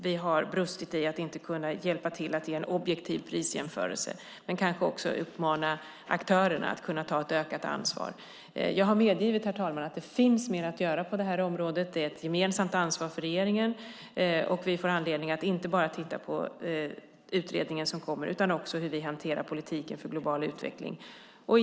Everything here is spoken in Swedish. Vi har brustit och inte kunnat hjälpa till att ge en objektiv prisjämförelse. Jag vill också uppmana aktörerna att ta ett ökat ansvar. Herr talman! Jag har medgivit att det finns mer att göra på det här området. Det är ett ansvar för regeringen. Vi får anledning att inte bara titta på den utredning som kommer utan också på hur vi hanterar politiken för global utvecklingen.